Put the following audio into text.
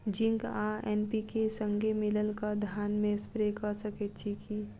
Zinc आ NPK, संगे मिलल कऽ धान मे स्प्रे कऽ सकैत छी की?